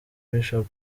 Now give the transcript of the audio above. bishop